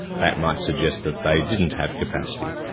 that might suggest that they didn't have capacity.